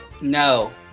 No